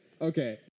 Okay